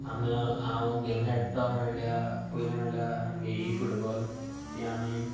आमी हांव गेमी खेळटा तो म्हणल्यार पयलीं म्हणल्यार आमचो इ फुटबॉल ती आमी